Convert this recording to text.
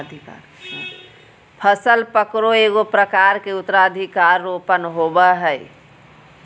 फसल पकरो एगो प्रकार के उत्तराधिकार रोपण होबय हइ